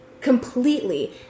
completely